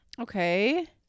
Okay